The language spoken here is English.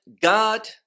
god